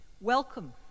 welcome